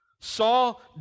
Saul